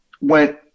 went